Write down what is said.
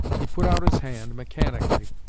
he put out his hand, mechanically,